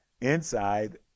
inside